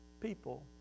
people